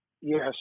Yes